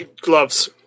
gloves